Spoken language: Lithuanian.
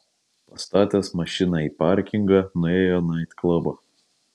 pastatęs mašiną į parkingą nuėjo naitklabą